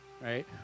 right